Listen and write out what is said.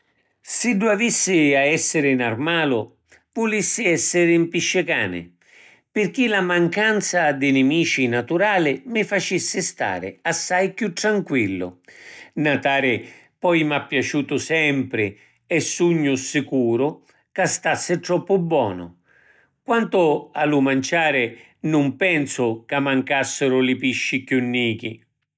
Siddu avissi a essiri n’armalu vulissi essiri ‘n piscicani pirchì la mancanza di nimici naturali mi facissi stari assai chiù tranquillu. Natari poi m’ha piaciutu sempri e sugnu sicuru ca stassi troppu bonu. Quantu a lu manciari nun pensu ca mancassiru li pisci chiù nichi.